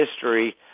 history